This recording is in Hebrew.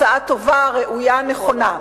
הצעה טובה, ראויה, נכונה.